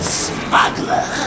smuggler